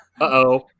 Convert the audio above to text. uh-oh